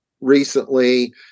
recently